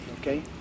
okay